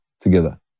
together